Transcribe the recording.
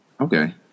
Okay